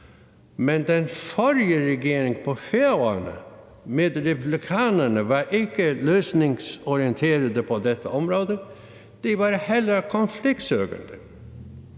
men den forrige regering på Færøerne med Republikanerne var ikke løsningsorienteret på dette område, de ville hellere søge konflikten.